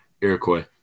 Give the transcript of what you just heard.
Iroquois